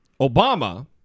Obama